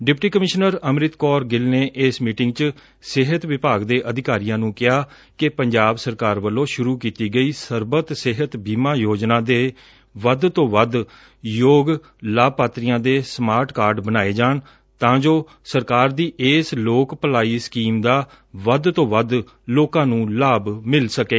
deputy commissioner Amrit Kaur Gill ਨੇ ਇਸ meeting ਚ ਸਿਹਤ ਵਿਭਾਗ ਦੇ ਅਧਿਕਾਰੀਆਂ ਨੁੰ ਕਿਹਾ ਕਿ ਪੰਜਾਬ ਸਰਕਾਰ ਵੱਲੋਂ ਸੂਰੂ ਕੀਤੀ ਗਈ ਸਰਬੱਤ ਸਿਹਤ ਬੀਮਾ ਯੋਜਨਾ ਦੇ ਵੱਧ ਤੋਂ ਵੱਧ ਯੋਗ ਲਾਭਪਾਤਰੀਆਂ ਦੇ ਸਮਾਰਟ ਕਾਰਡ ਬਣਾਏ ਜਾਣ ਤਾਂ ਜੋ ਸਰਕਾਰ ਦੀ ਇਸ ਲੋਕ ਭਲਾਈ ਸਕੀਮ ਦਾ ਵੱਧ ਤੋਂ ਵੱਧ ਲੋਕਾਂ ਨੂੰ ਲਾਭ ਮਿਲ ਸਕੇ